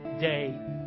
day